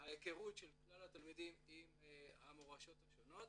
ההיכרות של כלל התלמידים עם המורשות השונות.